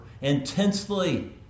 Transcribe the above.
intensely